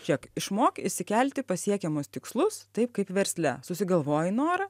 žiūrėk išmok išsikelti pasiekiamus tikslus taip kaip versle susigalvoji norą